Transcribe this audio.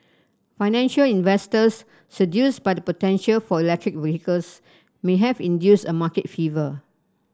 financial investors seduced by the potential for electric vehicles may have induced a market fever